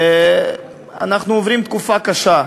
כשאנחנו עוברים תקופה קשה,